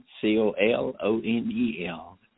C-O-L-O-N-E-L